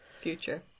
future